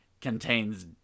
contains